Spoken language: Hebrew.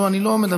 לא, אני לא מדבר.